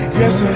yes